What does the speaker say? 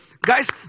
Guys